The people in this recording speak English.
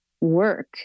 work